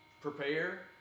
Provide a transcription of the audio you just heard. prepare